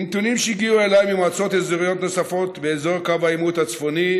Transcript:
מנתונים שהגיעו אליי ממועצות אזוריות נוספות באזור קו העימות הצפוני,